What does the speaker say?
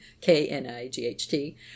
K-N-I-G-H-T